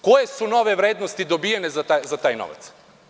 Koje su n ove vrednosti dobijene za taj novac?